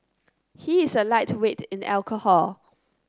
he is a lightweight in alcohol